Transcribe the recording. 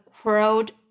crowd